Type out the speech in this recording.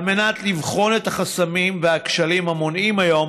על מנת לבחון את החסמים והכשלים המונעים היום